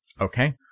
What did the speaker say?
Okay